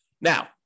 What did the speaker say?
now